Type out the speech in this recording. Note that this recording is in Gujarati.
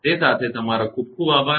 તે સાથે તમારો ખૂબ ખૂબ આભાર